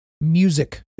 music